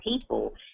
people